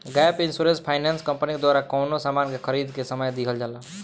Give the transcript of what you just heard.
gap insurance finance company के द्वारा कवनो सामान के खरीदें के समय दीहल जाला